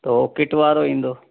त उहो किट वारो ईंदो